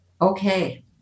Okay